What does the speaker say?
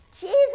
Jesus